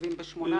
מתוקצבים ב-2018?